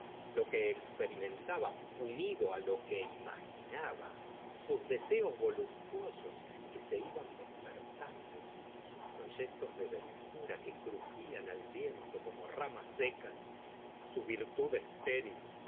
lo que experimentaba unido lo que imaginaba sus deseos voluptuosos que se iban despertando sus proyectos de ventura que crujían al viento como ramas secas su virtud estéril